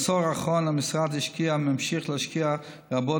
בעשור האחרון המשרד השקיע וממשיך להשקיע רבות